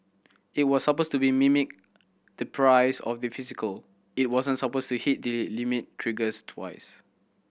it was supposed to mimic the price of the physical it wasn't supposed to hit the limit triggers twice